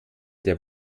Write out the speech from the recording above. der